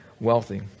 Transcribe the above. wealthy